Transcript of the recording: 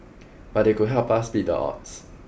but they could help us beat the odds